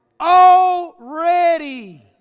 Already